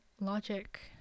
logic